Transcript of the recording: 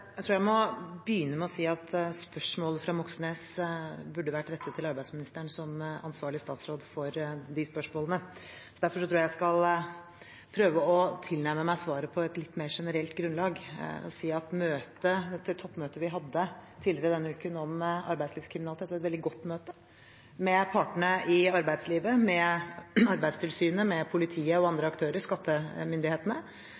Jeg tror jeg må begynne med å si at spørsmålet fra Moxnes burde ha vært rettet til arbeidsministeren som ansvarlig statsråd for de spørsmålene. Derfor tror jeg at jeg skal prøve å tilnærme meg svaret på et litt mer generelt grunnlag, og si at det toppmøtet vi hadde tidligere denne uken om arbeidslivskriminalitet, var et veldig godt møte – med partene i arbeidslivet, med Arbeidstilsynet, med politiet, skattemyndighetene og